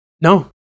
No